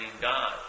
God